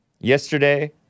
yesterday